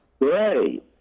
Great